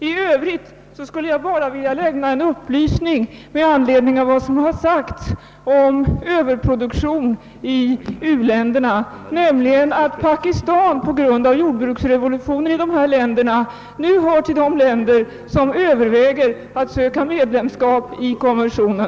I övrigt skulle jag bara vilja lämna en upplysning med anledning av vad som har sagts om överproduktion i uländerna, nämligen att Pakistan som en följd av jordbruksrevolutionen i dessa länder enligt uppgift nu hör till de länder som överväger att söka medlemskap i konventionen.